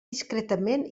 discretament